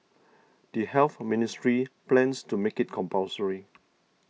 the Health Ministry plans to make it compulsory